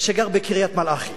שגר בקריית-מלאכי